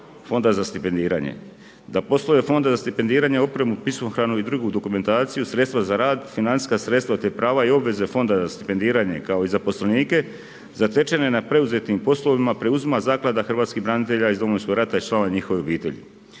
Fonda za stipendiranje. Da poslove Fonda za stipendiranje, opremu, pismohranu i drugu dokumentaciju, sredstva za rad, financijska sredstva te prava i obveze Fonda za stipendiranje kao i zaposlenike zatečene na preuzetim poslovima preuzima Zaklada hrvatskih branitelja iz Domovinskog rata i članova njihovih obitelji.